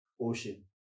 ocean